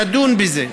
נדון בזה,